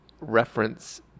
reference